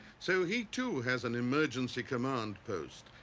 so he too has an emergency command post,